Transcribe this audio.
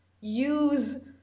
use